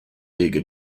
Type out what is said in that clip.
league